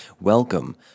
Welcome